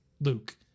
Luke